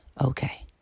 okay